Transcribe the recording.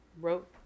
wrote